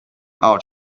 our